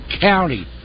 County